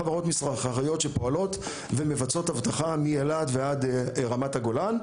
חברות מסחריות שפועלות ומבצעות אבטחה מאילת ועד רמת הגולן.